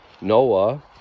Noah